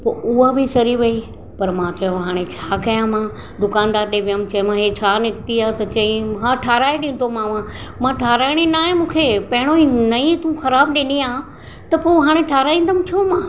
पो उआ बि सरी वई पर मां चयो हाणे छा कयां मां दुकानदार डे वियमि चयो मां हे छा निकिती आ त चई मां ठाराए ॾींदोमांव मां ठाराइणी न आहे मूंखे पहिरियों ई नई तू ख़राबु ॾिनी आहे त पो हाणे ठाहिराईंदमि छो मां